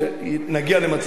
שנגיע למצב,